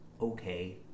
Okay